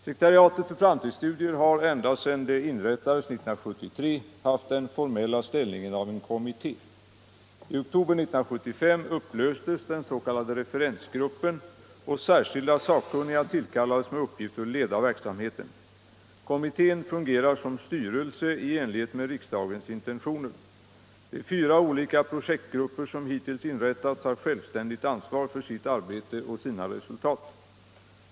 Sekretariatet för framtidsstudier har, ända sedan det inrättades 1973, haft den formella ställningen av en kommitté. I oktober 1975 upplöstes den s.k. referensgruppen och särskilda sakkunniga tillkallades med uppgift att leda verksamheten. Kommittén fungerar som styrelse i enlighet med riksdagens intentioner. De fyra olika projektgrupper som hittills inrättats har självständigt ansvar för sitt arbete och sina resultat.